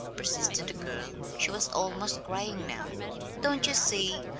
persisted the girl she was almost crying now don't you see?